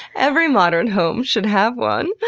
every modern home should have one.